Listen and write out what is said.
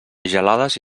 gelades